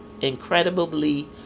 Incredibly